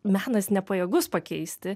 menas nepajėgus pakeisti